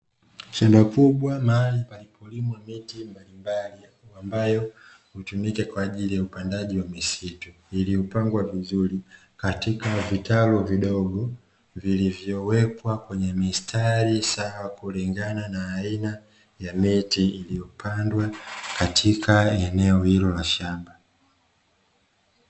Shamba kubwa mahali palipolimwa miti mbalimbali, ambayo hutumika kwa ajili ya upandaji wa misitu. Iliyopangwa vizuri katika vitalu vidogo, vilivyowekwa kwenye mistari sawa kulingana na aina ya miti iliyopandwa katika eneo hilo la shamba.